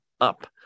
up